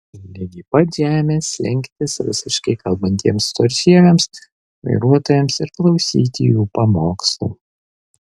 ligi pat žemės lenktis rusiškai kalbantiems storžieviams vairuotojams ir klausyti jų pamokslų